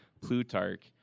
Plutarch